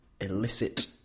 illicit